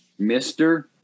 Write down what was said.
Mr